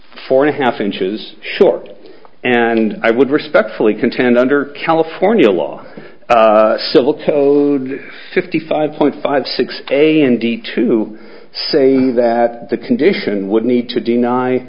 four and a half inches short and i would respectfully contend under california law civil tode fifty five point five six a m d two saying that the condition would need to deny